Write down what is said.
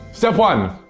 step one,